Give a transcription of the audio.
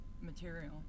material